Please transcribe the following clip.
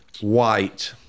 white